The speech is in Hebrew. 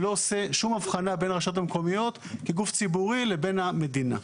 שלא עושה שום הבחנה בין הרשויות המקומיות כגוף ציבורי לבין המדינה.